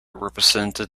represented